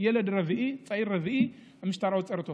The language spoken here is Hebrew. ילד רביעי, כל צעיר רביעי, המשטרה עוצרת אותו.